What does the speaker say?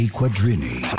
Quadrini